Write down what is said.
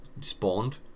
Spawned